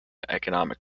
economic